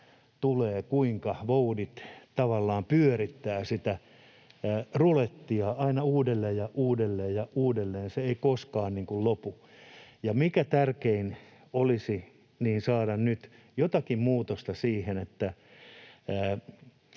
kuinka voudit tavallaan pyörittävät sitä rulettia aina uudelleen ja uudelleen ja uudelleen. Se ei koskaan lopu. Tärkein olisi saada nyt jotakin muutosta siihen,